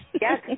Yes